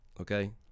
Okay